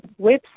website